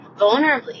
vulnerably